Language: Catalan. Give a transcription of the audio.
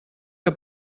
que